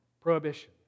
prohibition